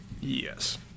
Yes